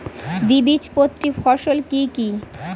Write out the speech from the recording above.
দ্বিবীজপত্রী ফসল কি কি?